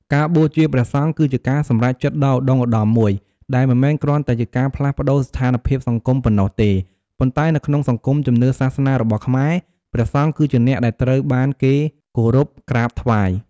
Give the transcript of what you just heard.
ការបួសជាព្រះសង្ឃ គឺជាការសម្រេចចិត្តដ៏ឧត្តុង្គឧត្តមមួយ ដែលមិនមែនគ្រាន់តែជាការផ្លាស់ប្ដូរស្ថានភាពសង្គមប៉ុណ្ណោះទេ ប៉ុន្តែនៅក្នុងសង្គមជំនឿសាសនារបស់ខ្មែរ ព្រះសង្ឃគឺជាអ្នកដែលត្រូវបានគេគោរពក្រាបថ្វាយ។